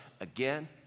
again